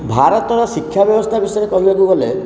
ଭାରତର ଶିକ୍ଷା ବ୍ୟବସ୍ଥା ବିଷୟରେ କହିବାକୁ ଗଲେ